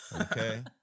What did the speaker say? Okay